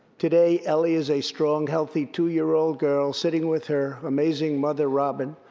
today, ellie is a strong, healthy two-year-old girl sitting with her amazing mother, robin,